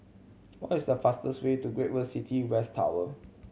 what is the fastest way to Great World City West Tower